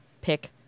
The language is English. pick